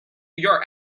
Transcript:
your